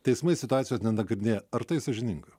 teismai situacijos nenagrinėjo ar tai sąžininga